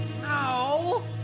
No